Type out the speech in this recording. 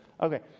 Okay